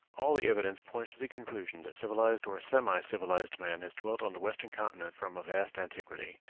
all the evidence points to the conclusion that civilized or semi-civilized man has dwelt on the western continent from a vast antiquity.